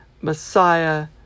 Messiah